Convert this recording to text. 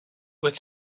with